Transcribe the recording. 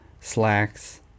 slacks